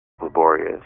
laborious